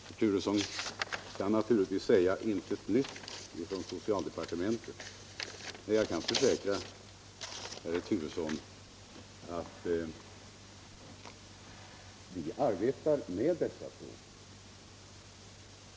Herr Turesson kan naturligtvis säga: Från socialdepartementet intet nytt. Men jag kan försäkra herr Turesson att vi arbetar med dessa frågor.